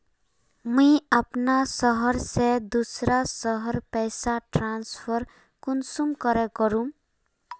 मुई अपना शहर से दूसरा शहर पैसा ट्रांसफर कुंसम करे करूम?